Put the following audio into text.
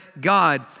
God